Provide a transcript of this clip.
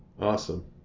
awesome